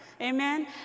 Amen